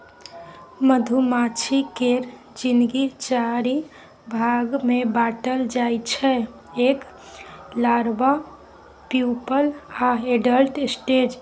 मधुमाछी केर जिनगी चारि भाग मे बाँटल जाइ छै एग, लारबा, प्युपल आ एडल्ट स्टेज